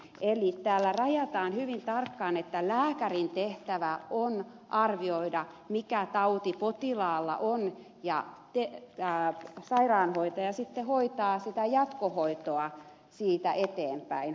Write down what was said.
eli täällä rajataan hyvin tarkkaan että lääkärin tehtävä on arvioida mikä tauti potilaalla on ja sairaanhoitaja sitten hoitaa jatkohoitoa siitä eteenpäin